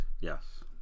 Yes